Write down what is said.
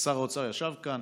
שר האוצר ישב כאן,